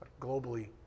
globally